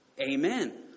Amen